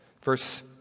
Verse